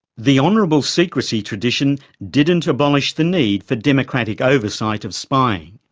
the honourable secrecy tradition didn't abolish the need for democratic oversight of spying.